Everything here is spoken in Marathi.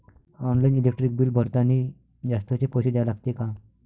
ऑनलाईन इलेक्ट्रिक बिल भरतानी जास्तचे पैसे द्या लागते का?